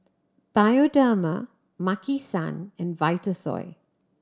Bioderma Maki San and Vitasoy